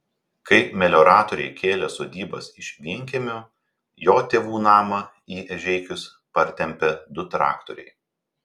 kai melioratoriai kėlė sodybas iš vienkiemių jo tėvų namą į ežeikius partempė du traktoriai